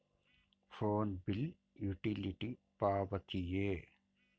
Phone bill utility ಪಾವತಿಯೇ?